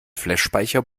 flashspeicher